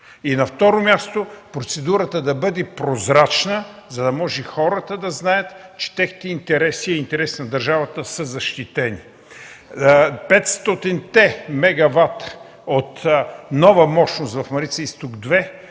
На второ място, процедурата да бъде прозрачна, за да може хората да знаят, че техните интереси и интересите на държавата са защитени. Петстотинте мегавата от нова мощност в „Марица Изток